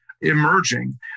emerging